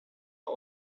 are